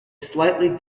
slightly